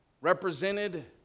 represented